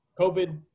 COVID